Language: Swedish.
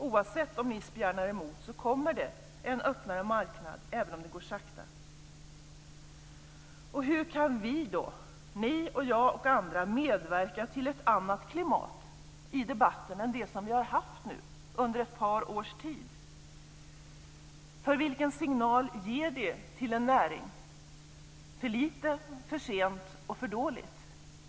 Oavsett om ni spjärnar emot eller inte kommer det en öppnare marknad, även om det går sakta. Hur kan vi - ni och jag och andra - medverka till ett annat klimat i debatten än det som vi har haft under ett par års tid? Vilken signal ger det till en näring när man säger "för lite", "för sent" och "för dåligt"?